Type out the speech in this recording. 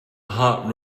hot